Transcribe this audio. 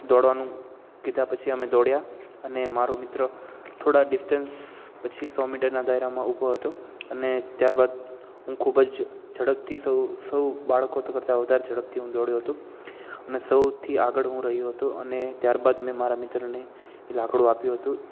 દોડવાનું કીધા પછી અમે દોડ્યા અને મારો મિત્ર થોડા ડિસ્ટસન્સ પછી સો મીટરના દાયરામાં ઊભો હતો અને ત્યારબાદ હું ખૂબ જ ઝડપથી સૌ સૌ બાળકો તો કરતાં વધારે ઝડપથી હું દોડ્યો હતો ને સૌથી આગળ હું રહ્યો હતો અને ત્યાર બાદ મેં મારા મિત્રને એ લાકડુ આપ્યું હતું